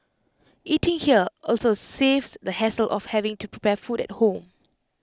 eating here also saves the hassle of having to prepare food at home